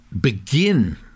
begin